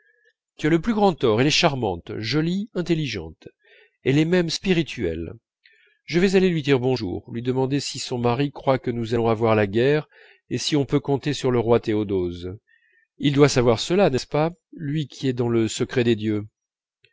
tu as le plus grand tort elle est charmante jolie intelligente elle est même spirituelle je vais aller lui dire bonjour lui demander si son mari croit que nous allons avoir la guerre et si on peut compter sur le roi théodose il doit savoir cela n'est-ce pas lui qui est dans le secret des dieux